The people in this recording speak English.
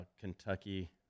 Kentucky